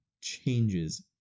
changes